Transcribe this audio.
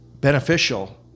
beneficial